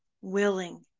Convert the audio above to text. willing